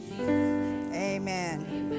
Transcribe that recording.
amen